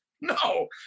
No